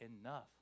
enough